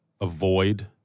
avoid